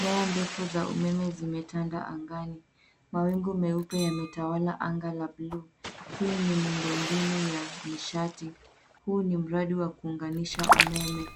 Nyaya ndefu za umeme zimetanda angani. Mawingu meupe yametawala anga la buluu, hii ni muundo mbinu ya nishati. Huu ni mradi wa kuunganisha umeme.